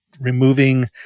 removing